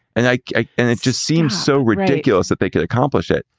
and like ah and it just seems so ridiculous that they could accomplish it.